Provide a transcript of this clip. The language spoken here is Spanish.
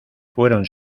fueron